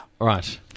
Right